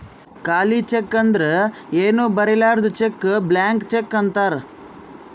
ಖಾಲಿ ಚೆಕ್ ಅಂದುರ್ ಏನೂ ಬರಿಲಾರ್ದು ಚೆಕ್ ಬ್ಲ್ಯಾಂಕ್ ಚೆಕ್ ಅಂತಾರ್